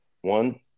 one